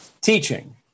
teaching